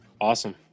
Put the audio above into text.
Awesome